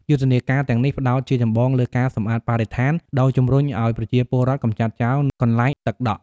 យុទ្ធនាការទាំងនេះផ្តោតជាចម្បងលើ ការសម្អាតបរិស្ថាន ដោយជំរុញឱ្យប្រជាពលរដ្ឋកម្ចាត់ចោលកន្លែងទឹកដក់ ។